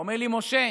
אומר לי: משה,